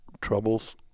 troubles